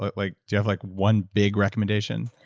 but like you have like one big recommendation?